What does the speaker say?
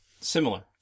similar